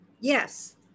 Yes